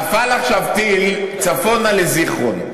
נפל עכשיו טיל צפונית לזיכרון.